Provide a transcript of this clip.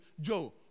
Joe